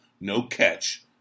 no-catch